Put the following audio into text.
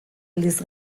aldiz